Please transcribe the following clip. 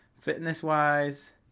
fitness-wise